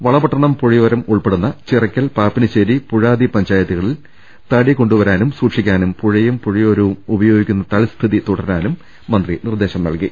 വളപട്ടണം പുഴയോരം ഉൾപ്പെടുന്ന ചിറയ്ക്കൽ പാപ്പിനിശ്ശേ രി പുഴാതി പഞ്ചായത്തുകളിൽ തടി കൊണ്ടുവരാനും സൂക്ഷി ക്കാനും പുഴയും പുഴയോരവും ഉപയോഗിക്കുന്ന തൽസ്ഥിതി തുടരാനും മന്ത്രി നിർദ്ദേശം നൽകി